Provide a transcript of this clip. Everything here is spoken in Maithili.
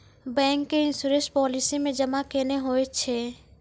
बैंक के इश्योरेंस पालिसी मे जमा केना होय छै?